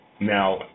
Now